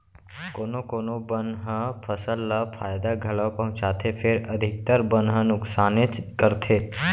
कोना कोनो बन ह फसल ल फायदा घलौ पहुँचाथे फेर अधिकतर बन ह नुकसानेच करथे